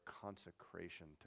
consecration